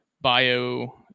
Bio